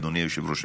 אדוני היושב-ראש,